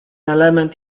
element